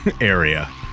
area